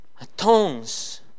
atones